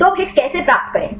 तो अब हिट कैसे प्राप्त करें